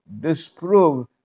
disprove